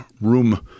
room